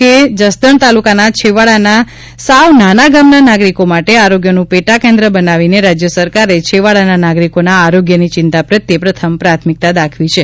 કે જસદણ તાલુકાના છેવાડાના સાવ નાના ગામના નાગરિકો માટે આરોગ્યનું પેટા કેન્દ્ર બનાવીને રાજ્ય સરકારે છેવાડાના નાગરિકોના આરોગ્યની ચિંતા પ્રત્યે પ્રથમ પ્રાથમિકતા દાખવી છે